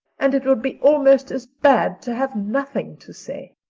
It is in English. and it would be almost as bad to have nothing to say.